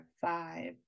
five